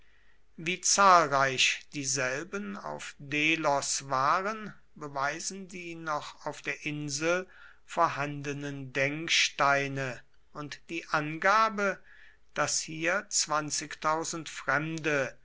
wie zahlreich dieselben auf delos waren beweisen die noch auf der insel vorhandenen denksteine und die angabe daß